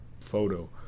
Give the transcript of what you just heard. photo